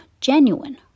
genuine